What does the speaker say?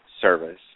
service